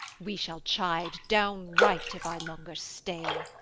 we shall chide downright if i longer stay.